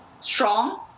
strong